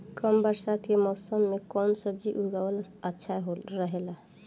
कम बरसात के मौसम में कउन सब्जी उगावल अच्छा रहेला?